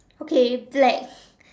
okay black